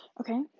Okay